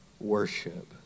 worship